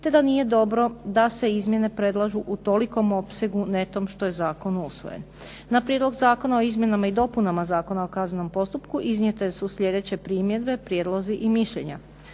te da nije dobro da se izmjene predlažu u tolikom opsegu netom što je zakon usvojen. Na Prijedlog zakona o Izmjenama i dopunama Zakona o kaznenom postupku iznijete su sljedeće primjedbe, prijedlozi i mišljenja.